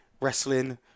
wrestling